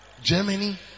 Germany